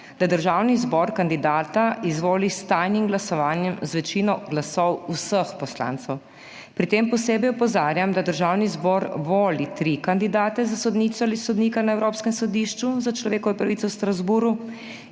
da Državni zbor kandidata izvoli s tajnim glasovanjem z večino glasov vseh poslancev. Pri tem posebej opozarjam, da Državni zbor voli tri kandidate za sodnico ali sodnika na Evropskem sodišču za človekove pravice v Strasbourgu,